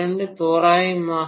772 தோராயமாக